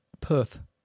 Perth